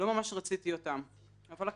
לא ממש רציתי אותם, אבל לקחתי.